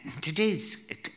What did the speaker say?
Today's